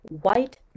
White